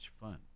fun